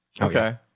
Okay